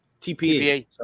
TPA